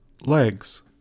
legs